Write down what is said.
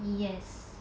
yes